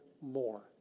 more